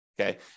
Okay